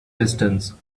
distance